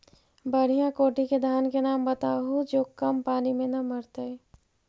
बढ़िया कोटि के धान के नाम बताहु जो कम पानी में न मरतइ?